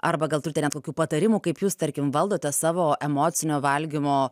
arba gal turite net kokių patarimų kaip jūs tarkim valdote savo emocinio valgymo